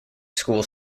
school